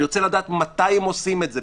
אני רוצה לדעת מת הם עושים את זה.